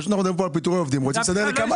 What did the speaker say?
פשוט מדברים פה על פיטורי עובדים ורוצים לסדר לכמה